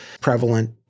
prevalent